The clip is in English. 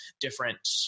different